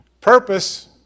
purpose